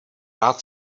rád